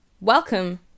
Welcome